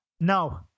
No